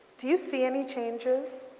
do you see any changes?